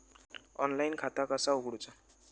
Online खाता कसा उगडूचा?